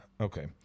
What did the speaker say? Okay